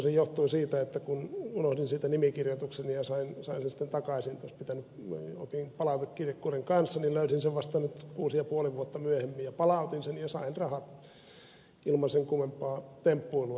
se tosin johtui siitä että kun unohdin siitä nimikirjoituksen ja sain sen sitten takaisin palautekirjekuoren kanssa olisi pitänyt palauttaa niin löysin sen vasta nyt kuusi ja puoli vuotta myöhemmin ja palautin sen ja sain rahat ilman sen kummempaa temppuilua